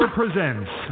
presents